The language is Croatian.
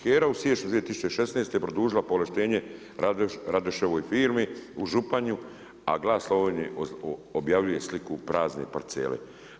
HERA u siječnju 2016. produžila povlaštenije Radiševoj firmi u Županju, a Glas Slavonije, objavljuje sliku prazne parcele.